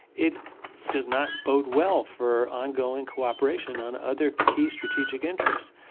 it does not bode well for ongoing cooperation on other key strategic interests.